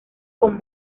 con